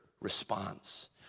response